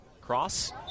Cross